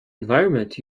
environment